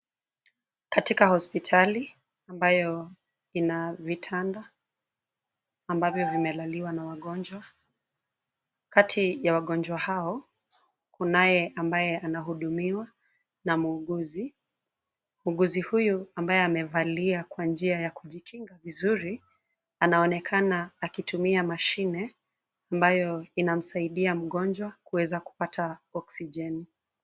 Katika hospitali ambayo ina vitanda ambavyo vimelaliwa na wagonjwa. Kati ya wagonjwa hao, kunaye ambaye anahudumiwa na muuguzi. Muuguzi huyu ambaye amevalia kwa njia ya kujikinga vizuri anaonekana akitumia mashine ambayo inasaidia mgonjwa kuweza kupata oxygen .